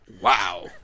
Wow